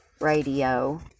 Radio